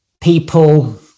people